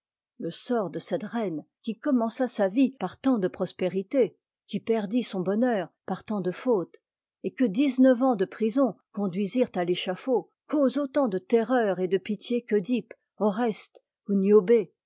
le sort de cette reine qui commença sa vie par tant de prospérités qui perdit son bonheur par tant de fautes et que dix neuf ans de prison conduisirent à t'échafaud cause autant de terreur et de pitié qu'oedipe oreste ou